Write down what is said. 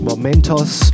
Momentos